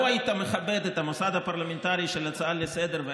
לו היית מכבד את המוסד הפרלמנטרי של הצעה לסדר-היום